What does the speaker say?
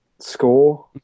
score